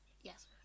Yes